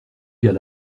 gars